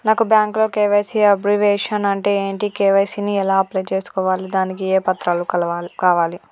నాకు బ్యాంకులో KYC abbreviation అంటే ఏంటి కే.వై.సీ ని ఎలా అప్లై చేసుకోవాలి దానికి ఏ పత్రాలు కావాలి?